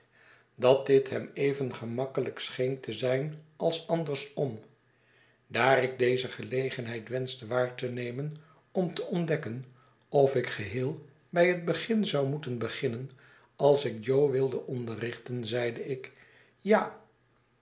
dat dit hem even gemakkelijk scheen te zijn als andersom daar ik deze gelegenheid wenschte waar te nemen om te ontdekken of ik geheel bij het begin zou moeten beginnen als ik jo wilde onderrichten zeideik ja